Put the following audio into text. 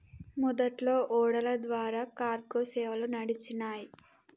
మొదట్లో ఓడల ద్వారా కార్గో సేవలు నడిచినాయ్